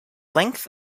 length